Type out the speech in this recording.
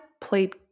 played